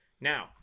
Now